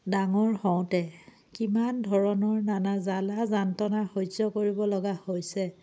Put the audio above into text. ডাঙৰ হওঁতে কিমান ধৰণৰ নানা জ্বালা যান্ত্ৰণা সহ্য কৰিব লগা হৈছে